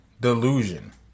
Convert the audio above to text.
delusion